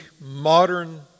modern